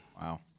Wow